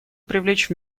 привлечь